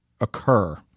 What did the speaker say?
occur